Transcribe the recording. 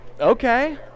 okay